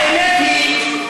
האמת היא,